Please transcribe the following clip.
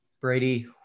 Brady